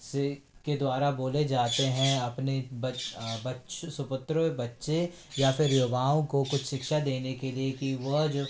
से के द्वारा बोले जाते हैं अपने बच्चे या फिर युवाओं को कुछ शिक्षा देने के लिए की वह जो